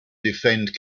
defend